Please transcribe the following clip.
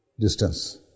distance